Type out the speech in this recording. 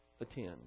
attend